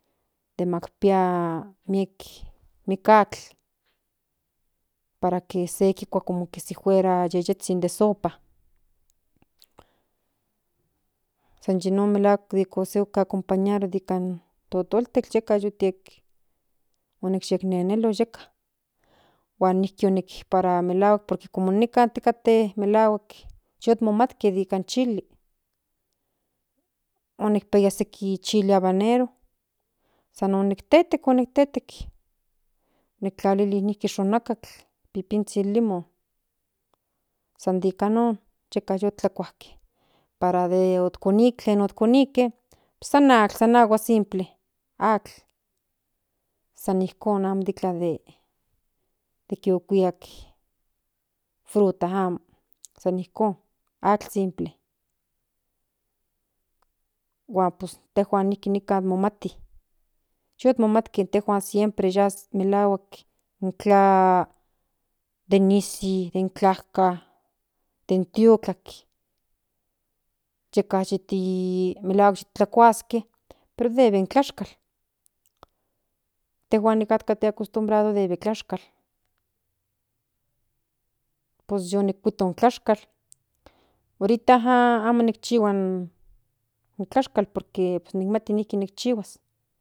Pero como amo nicpia can can nic chihuas in tlaxcatl can nictecas pues orita nic mokia debe onic mokia in tortilla pero in ne niki debe nic mocuia in tlaol amo de nic cusecharoa porque amo ca cani amot pia in tlalii para se cusecharos in tlaol san nic mokia in tlaol niki yic nemaka nican in pueblo yecnemaca tlaol yicnemaca melahuaakin kiema yi toca niki yic monemakia pos se yec mokia igual niki nochi casi se yec mocuia cachi antes pos kiema in tu papa in tu mama yoc tlaliaya in mekahuac kipia nin tlal pos pia can tocaske pero tenhuan yeca aco pos yeca melahuac se yec mocuia mas tlatlaolzhin se yec mocuia huan san yinon melahuac ica tiec tlacuaque den pero non oyec den tlacual casi que den tiotlac pero den izi.